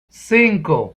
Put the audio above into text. cinco